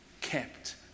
kept